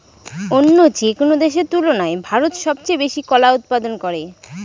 অন্য যেকোনো দেশের তুলনায় ভারত সবচেয়ে বেশি কলা উৎপাদন করে